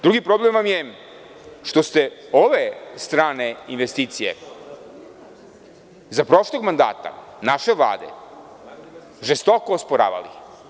Drugi problem vam je što ste ove strane investicije za prošlog mandata naše Vlade žestoko osporavali.